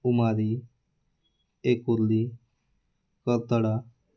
उमारी एकुर्ली करतडा